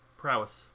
prowess